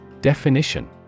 Definition